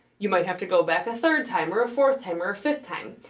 you might have to go back a third time or a fourth time or fifth time.